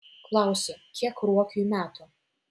klausiu kiek ruokiui metų